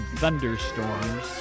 thunderstorms